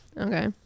Okay